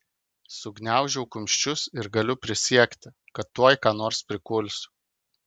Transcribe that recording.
sugniaužiu kumščius ir galiu prisiekti kad tuoj ką nors prikulsiu